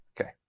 Okay